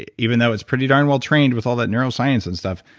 even though it's pretty darn well-trained with all that neuroscience and stuff,